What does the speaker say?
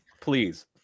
Please